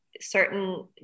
certain